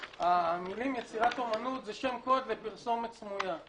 המילים יצירת אומנות זה שם קוד לפרסומת סמויה.